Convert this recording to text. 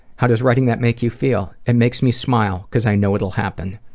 how does writing that make you feel? it makes me smile because i know it'll happen.